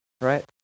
right